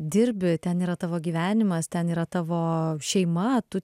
dirbi ten yra tavo gyvenimas ten yra tavo šeima tu